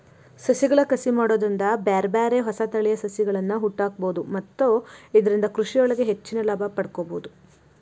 ಸಸಿಗಳ ಕಸಿ ಮಾಡೋದ್ರಿಂದ ಬ್ಯಾರ್ಬ್ಯಾರೇ ಹೊಸ ತಳಿಯ ಸಸಿಗಳ್ಳನ ಹುಟ್ಟಾಕ್ಬೋದು ಮತ್ತ ಇದ್ರಿಂದ ಕೃಷಿಯೊಳಗ ಹೆಚ್ಚಿನ ಲಾಭ ಪಡ್ಕೋಬೋದು